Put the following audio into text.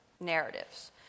narratives